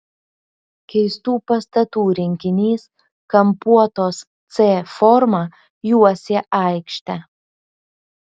keistų pastatų rinkinys kampuotos c forma juosė aikštę